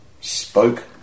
spoke